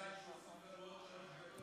ינון אזולאי, שהוסיף לנו עוד שלוש דקות.